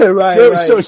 right